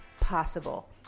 possible